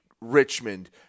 Richmond